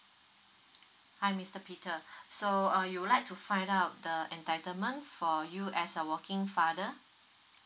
hi mister peter so uh you would like to find out the entitlement for you as a working father